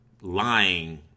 lying